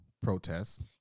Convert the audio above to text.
protests